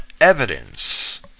evidence